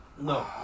No